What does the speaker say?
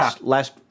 last